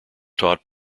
taught